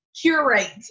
curate